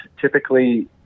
Typically